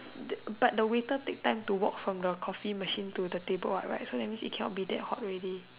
that but the waiter take time to walk from the Coffee machine to the table what right so that means it cannot be that hot already